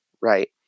right